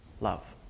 love